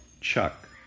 Chuck